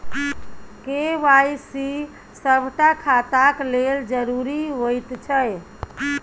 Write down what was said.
KYC सभटा खाताक लेल जरुरी होइत छै